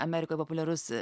amerikoj populiarus